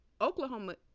Oklahoma